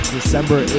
December